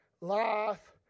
life